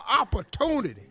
opportunity